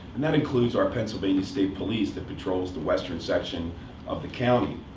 and that includes our pennsylvania state police, that patrols the western section of the county.